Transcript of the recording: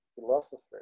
philosopher